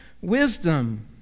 wisdom